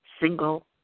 single